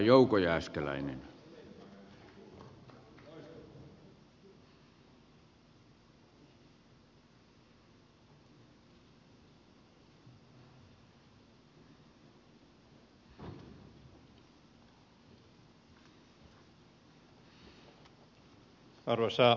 arvoisa herra puhemies